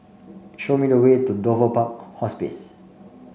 show me the way to Dover Park Hospice